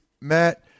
Matt